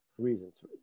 reasons